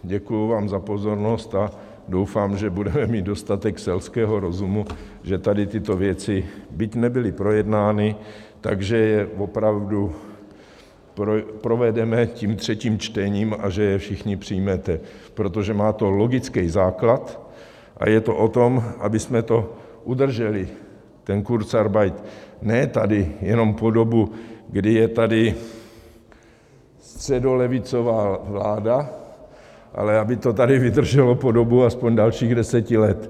Děkuji vám za pozornost a doufám, že budeme mít dostatek selského rozumu, že tady tyto věci, byť nebyly projednány, tak že je opravdu provedeme tím třetím čtením a že je všechny přijmete, protože má to logický základ a je to o tom, abychom to udrželi, ten kurzarbeit, ne tady jenom po dobu, kdy je tady středolevicová vláda, ale aby to tady vydrželo po dobu aspoň dalších 10 let.